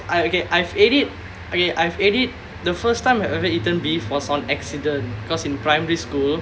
I okay I've ate it okay I've ate it the first time I've ever eaten beef was on accident because in primary school